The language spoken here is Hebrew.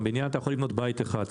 על מגרש אתה יכול לבנות בית אחד.